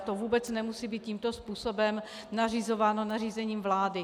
To vůbec nemusí být tímto způsobem nařizováno nařízením vlády.